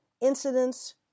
incidents